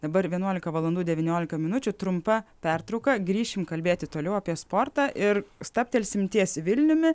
dabar vienuolika valandų devyniolika minučių trumpa pertrauka grįšime kalbėti toliau apie sportą ir stabtelsim ties vilniumi